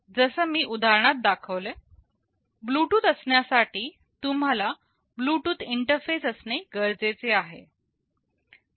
जसं मी उदाहरणात दाखवले ब्लूटूथ असण्यासाठी तुम्हाला ब्लूटूथ इंटरफेस असणे गरजेचे आहे